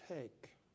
take